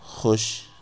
خوش